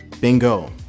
Bingo